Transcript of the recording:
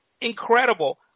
incredible